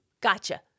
gotcha